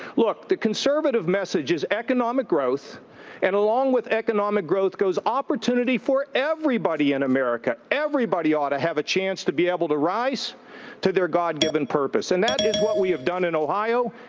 look, the conservative message is economic growth and along with economic growth goes opportunity for everybody in and america. everybody ought to have a chance to be able to rise to their god-given purpose. and that is what we have done in ohio.